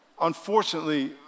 Unfortunately